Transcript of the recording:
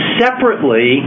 separately